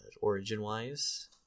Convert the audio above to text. origin-wise